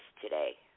today